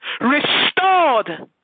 restored